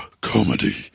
comedy